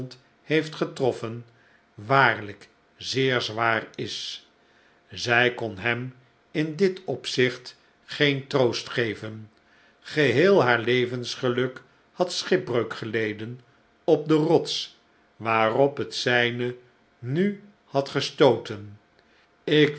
heeft getroffen waarlijk zeer zwaar is zij kon hem in dit opzicht geen troost geven g eheel haar levensgeluk had schipbreuk geleden op de rots waarop het zijne nu had gestooten ik